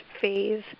phase